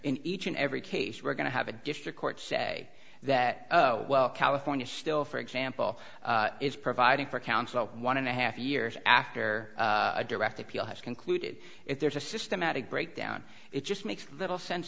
in each and every case we're going to have a district court say that oh well california still for example is providing for counsel one and a half years after a direct appeal has concluded if there's a systematic breakdown it just makes little sense